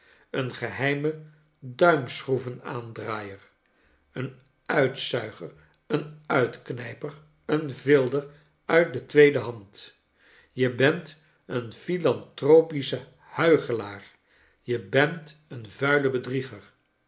een geheime duimschroevenaandraaier een uitzuiger een uitknijper een vilder uit de tweede hand je bent een philantropische huichelaar je bent een vuile bedrieger